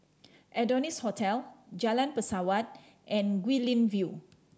Adonis Hotel Jalan Pesawat and Guilin View